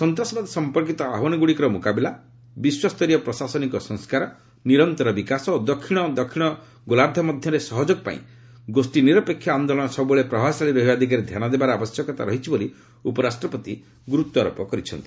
ସନ୍ତାସବାଦ ସମ୍ପର୍କୀତ ଆହ୍ୱାନଗୁଡ଼ିକର ମୁକାବିଲା ବିଶ୍ୱସ୍ତରୀୟ ପ୍ରଶାସନିକ ସଂସ୍କାର ନିରନ୍ତର ବିକାଶ ଓ ଦକ୍ଷିଣ ଗୋଲାର୍ଦ୍ଧ ରାଷ୍ଟ୍ରସମୂହ ମଧ୍ୟରେ ସହଯୋଗ ପାଇଁ ଗୋଷ୍ଠୀ ନିରପେକ୍ଷ ଆନ୍ଦୋଳନ ସବୁବେଳେ ପ୍ରଭାବଶାଳୀ ରହିବା ଦିଗରେ ଧ୍ୟାନ ଦେବାର ଆବଶ୍ୟକତା ରହିଛି ବୋଲି ଉପରାଷ୍ଟ୍ରପତି ଗୁରୁତ୍ୱାରୋପ କରିଛନ୍ତି